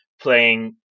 playing